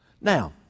Now